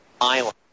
island